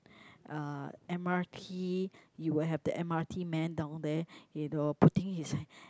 uh m_r_t you will have the m_r_t man down there you know putting his